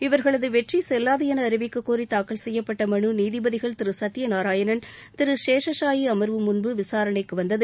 இவர்களது வெற்றி செல்லாது என அறிவிக்கக்கோரி தாக்கல் செய்யப்பட்ட மனு நீதிபதிகள் திரு சத்தியநாராயணன் திரு சேஷசாயி அமர்வு முன்பு விசாரணைக்கு வந்தது